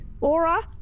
Aura